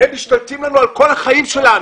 הם משתלטים לנו על כל החיים שלנו.